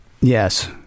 Yes